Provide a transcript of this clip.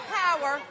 power